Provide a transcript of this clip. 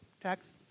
tax